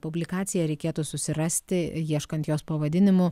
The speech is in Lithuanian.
publikaciją reikėtų susirasti ieškant jos pavadinimu